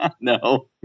No